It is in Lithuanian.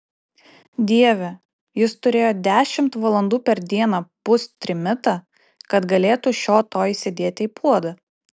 dieve jis turėjo dešimt valandų per dieną pūst trimitą kad galėtų šio to įsidėti į puodą